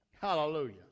Hallelujah